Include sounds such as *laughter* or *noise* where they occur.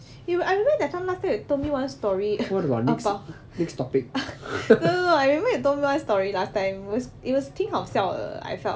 you will I remember that time last time you told me one story about *breath* no no no I remember you told me one story last time it was it was 挺好笑的 I felt